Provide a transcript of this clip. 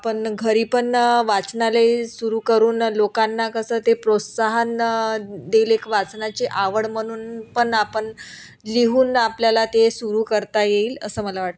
आपण घरी पण वाचनालय सुरू करून लोकांना कसं ते प्रोत्साहन देईल एक वाचनाची आवड म्हणून पण आपण लिहून आपल्याला ते सुरू करता येईल असं मला वाटतं